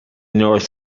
north